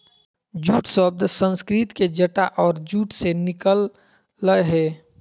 jute शब्द संस्कृत के जटा और जूट से निकल लय हें